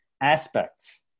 aspects